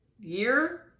year